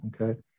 okay